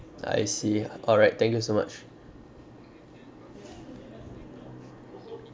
I see alright thank you so much